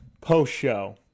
post-show